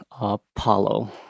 Apollo